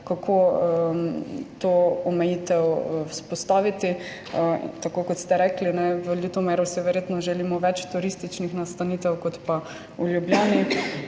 kako to omejitev vzpostaviti. Tako kot ste rekli, v Ljutomeru si verjetno želimo več turističnih nastanitev kot pa v Ljubljani.